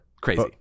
crazy